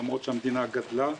זאת למרות שהמדינה גדלה.